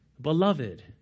beloved